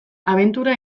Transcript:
abentura